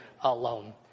alone